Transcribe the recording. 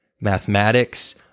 mathematics